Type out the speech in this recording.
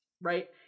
right